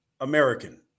American